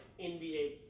NBA